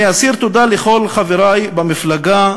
אני אסיר תודה לכל חברי במפלגה,